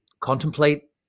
contemplate